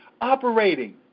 operating